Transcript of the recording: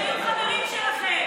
הם חברים שלכם.